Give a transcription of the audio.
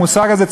המושג הזה,